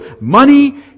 money